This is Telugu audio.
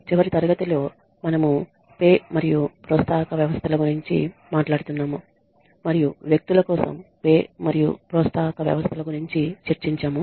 చివరి తరగతిలో మనము చెల్లింపులు మరియు ప్రోత్సాహక వ్యవస్థల గురించి మాట్లాడుతున్నాము మరియు వ్యక్తుల కోసం చెల్లింపులు మరియు ప్రోత్సాహక వ్యవస్థల గురించి చర్చించాము